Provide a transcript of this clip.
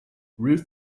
ruth